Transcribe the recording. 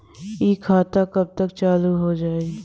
इ खाता कब तक चालू हो जाई?